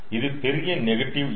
இது பெரிய நெகட்டிவ் எண்